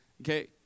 Okay